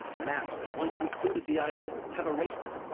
maps that once included the island have erased it.